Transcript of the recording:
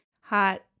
hot